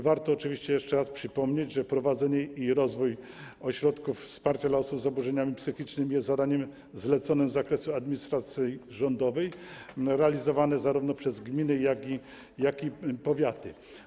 Warto oczywiście jeszcze raz przypomnieć, że prowadzenie i rozwój ośrodków wsparcia dla osób z zaburzeniami psychicznymi jest zadaniem zleconym z zakresu administracji rządowej, realizowanym zarówno przez gminy, jak i przez powiaty.